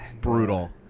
Brutal